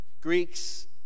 Greeks